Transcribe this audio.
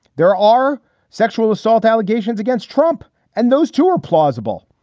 there are sexual assault allegations against trump and those two are plausible.